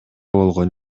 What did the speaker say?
болгон